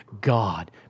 God